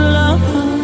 love